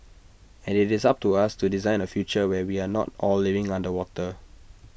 and IT is up to us to design A future where we are not all living underwater